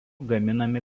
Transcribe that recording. gaminami